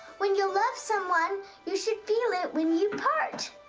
when you love someone you should feel it when you part.